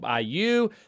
IU